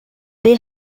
they